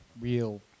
real